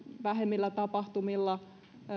vähemmillä tapahtumilla